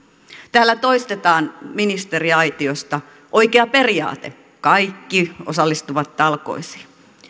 täällä toistetaan ministeriaitiosta oikea periaate kaikki osallistuvat talkoisiin